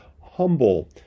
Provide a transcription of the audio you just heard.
Humble